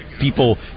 people